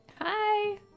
Hi